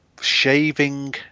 shaving